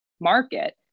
market